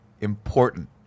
important